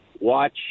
watch